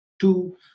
two